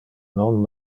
non